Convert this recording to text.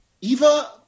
Eva